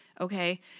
Okay